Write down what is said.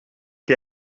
què